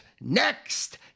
next